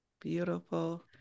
beautiful